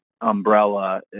umbrella